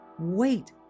Wait